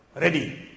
ready